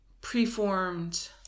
preformed